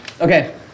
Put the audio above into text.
Okay